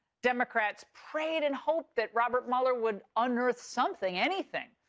democrats prayed and hoped that robert mueller would unearth something, anything,